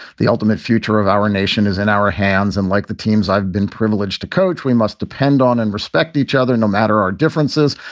the ultimate future of our nation is in our hands. and like the teams i've been privileged to coach, we must depend on and respect each other. no matter our differences,